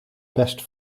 best